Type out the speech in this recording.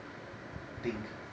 think